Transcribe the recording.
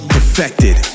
Perfected